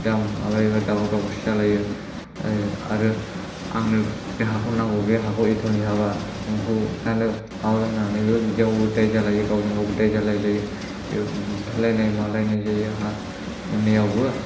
दाम माबायोबा दावराव दावसि जालायो आरो आंनो बे हाखौ नांगौ बे हाखौ एथ'नि हाबा नोंखौ दानो माबागोन होननानै ओरैनो बिदियावबो दाय जालाय लायो गावजों गावबो दाय जालायलायो बेयाव बुथारलायनाय मालायनाय जायो हा मोनैयावबो